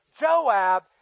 Joab